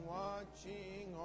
watching